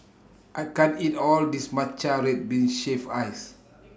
I can't eat All of This Matcha Red Bean Shaved Ice